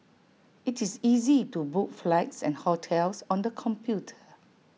IT is easy to book flights and hotels on the computer